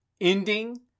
ending